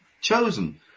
chosen